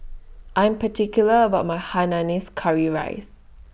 I Am particular about My Hainanese Curry Rice